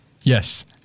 Yes